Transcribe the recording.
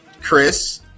Chris